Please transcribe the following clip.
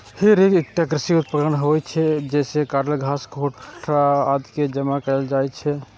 हे रैक एकटा कृषि उपकरण होइ छै, जइसे काटल घास, ठोकरा आदि कें जमा कैल जाइ छै